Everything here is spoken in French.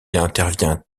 intervient